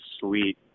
sweet